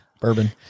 Bourbon